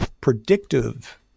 predictive